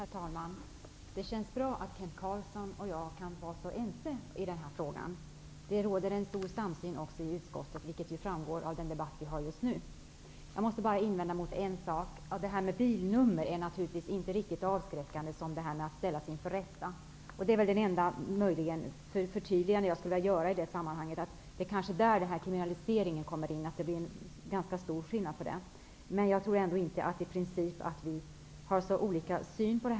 Herr talman! Det känns bra att Kent Carlsson och jag kan vara så ense i den här frågan. Det råder en stor samsyn också i utskottet, vilket har framgått av den debatt som vi nu för. Jag måste bara invända mot en sak. Att bilnummer antecknas är naturligtvis inte lika avskräckande som att man kan ställas inför rätta. Det är möjligen det enda förtydligande jag skulle vilja göra i sammanhanget, dvs. att det kanske är där kriminaliseringen kommer in. Jag tror inte att vi i princip har så olika syn.